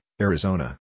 Arizona